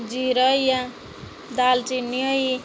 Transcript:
जीरा होई गेआ दाल चीनी होई